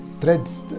threads